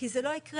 כי זה לא יקרה,